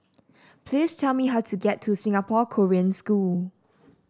please tell me how to get to Singapore Korean School